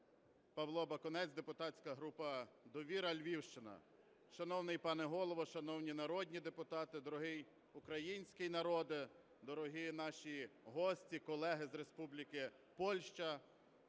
Павло Бакунець, депутатська група "Довіра", Львівщина. Шановний пане Голово, шановні народні депутати, дорогий український народе, дорогі наші гості, колеги з Республіки Польща!